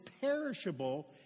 perishable